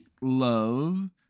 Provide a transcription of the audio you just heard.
love